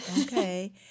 okay